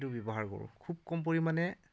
সেইটো ব্যৱহাৰ কৰোঁ খুব কম পৰিমাণে